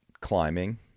climbing